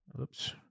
oops